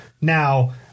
Now